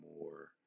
more